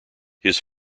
his